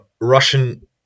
Russian